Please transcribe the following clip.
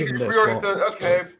Okay